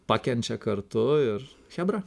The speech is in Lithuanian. pakenčia kartu ir chebra